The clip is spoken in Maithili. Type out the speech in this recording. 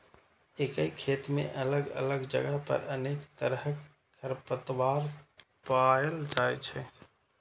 एके खेत मे अलग अलग जगह पर अनेक तरहक खरपतवार पाएल जाइ छै